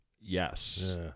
Yes